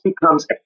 becomes